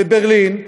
לברלין,